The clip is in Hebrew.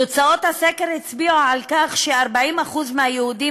תוצאות הסקר הצביעו על כך ש-40% מהיהודים